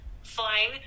flying